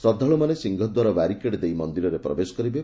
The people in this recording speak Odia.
ଶ୍ରଦ୍ଧାଳୁମାନେ ସିଂହଦ୍ୱାର ବ୍ୟାରିକେଡ୍ ଦେଇ ମନ୍ଦିରରେ ପ୍ରବେଶ କରିବେ